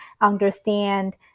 understand